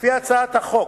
לפי הצעת החוק,